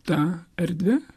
tą erdvę